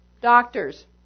doctors